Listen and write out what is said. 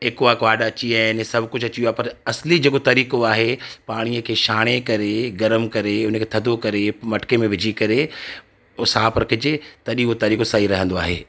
Aquaguard अची विया आहिनि सभ कुझु अची वयो आहे पर असली जेको तरीक़ो आहे पाणीअ खे छाणे करे गर्म करे उनखे थदो करे मटके में विझी करे पोइ साफ रखिजे तॾहिं हो तरीक़ो सही रहंदो आहे